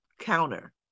counter